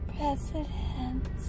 President